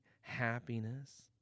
happiness